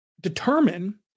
determine